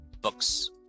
books